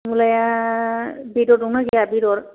मुलाया बेदर दं ना गैया बेदर